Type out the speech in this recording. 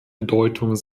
bedeutung